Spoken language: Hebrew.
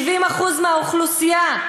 70% מהאוכלוסייה,